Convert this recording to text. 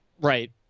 Right